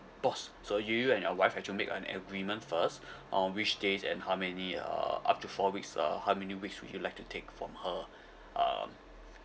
boss so you you and your wife have to make an agreement first um which days and how many uh up to four weeks uh how many weeks would you like to take from her um